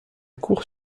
cour